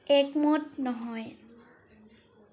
একমত নহয়